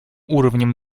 уровнем